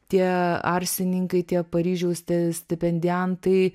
tie arsininkai tie paryžiaus te stipendijantai